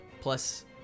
plus